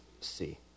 see